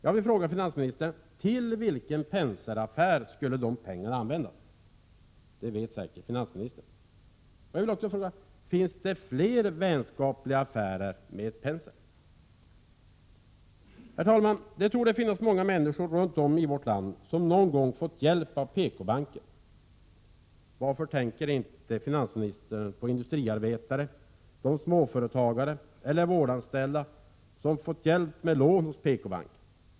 Jag vill fråga finansministern: Till vilken Penser-affär skulle dessa pengar användas? Det vet säkert finansministern. Jag vill också fråga: Finns det fler vänskapliga affärer med Penser? Herr talman! Det torde finnas många människor runt om i vårt land som någon gång fått hjälp av PKbanken. Varför tänker inte finansministern på de industriarbetare, småföretagare eller vårdanställda som fått hjälp med lån hos PKbanken?